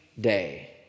day